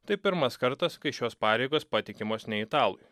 tai pirmas kartas kai šios pareigos patikimos ne italui